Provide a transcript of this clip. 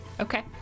Okay